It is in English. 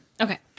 Okay